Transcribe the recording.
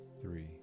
three